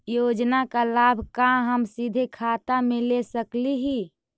योजना का लाभ का हम सीधे खाता में ले सकली ही?